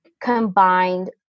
combined